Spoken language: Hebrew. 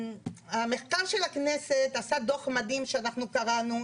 המחקר של הכנסת עשה דוח מדהים שאנחנו קראנו,